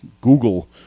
Google